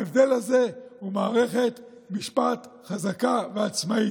ההבדל הזה הוא מערכת משפט חזקה ועצמאית.